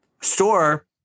store